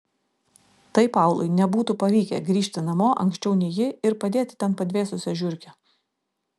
tai paului nebūtų pavykę grįžti namo anksčiau nei ji ir padėti ten padvėsusią žiurkę